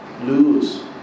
lose